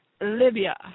Libya